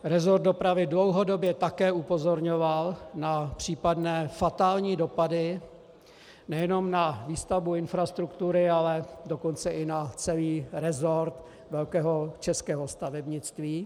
Resort dopravy dlouhodobě také upozorňoval na případné fatální dopady nejenom na výstavbu infrastruktury, ale dokonce i na celý resort velkého českého stavebnictví.